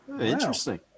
Interesting